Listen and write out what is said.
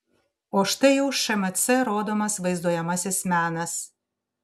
o štai jau šmc rodomas vaizduojamasis menas